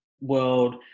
world